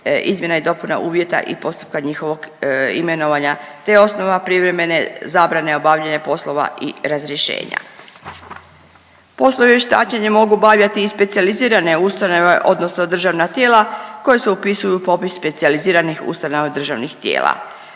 izmjena i dopune uvjeta i postupka njihovog imenovanja te osnova privremene zabrane obavljanje poslova i razrješenja. Poslove vještačenja mogu obavljati i specijalizirane ustanove odnosno državna tijela koja se upisuju u popis specijaliziranih ustanova državnih tijela.